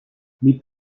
mit